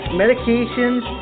medications